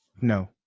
No